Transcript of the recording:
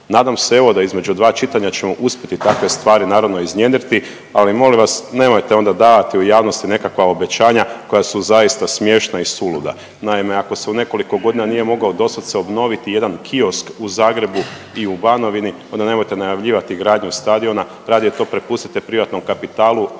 Nadam se, evo, da između dva čitanja ćemo uspjeti takve stvari naravno, iznjedriti, ali molim vas, nemojte onda davati u javnost i nekakva obećanja koja su zaista smiješna i suluda. Naime, ako se u nekoliko godina nije mogao dosad se obnoviti jedan kiosk u Zagrebu i u Banovini, onda nemojte najavljivati gradnju stadiona, radije to prepustite privatnom kapitalu,